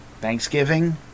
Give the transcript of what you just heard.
Thanksgiving